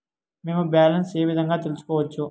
మేము బ్యాలెన్స్ ఏ విధంగా తెలుసుకోవచ్చు?